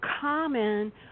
common